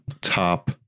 top